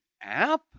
app